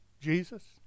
Jesus